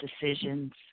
decisions